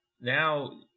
now